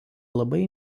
labai